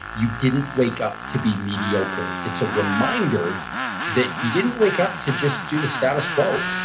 you didn't wake up to be mediocre. it's a reminder that you didn't wake up to just do the status quo.